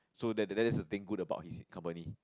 so that that that's the thing good about his company